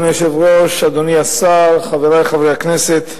אדוני היושב-ראש, אדוני השר, חברי חברי הכנסת,